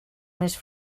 més